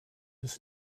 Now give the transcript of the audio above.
his